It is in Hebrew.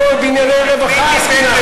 לא בענייני רווחה עסקינן.